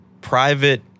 private